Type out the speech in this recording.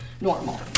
normal